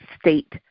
state